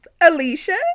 Alicia